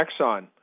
Exxon